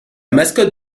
mascotte